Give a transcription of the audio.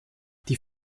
die